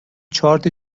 چارت